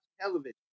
television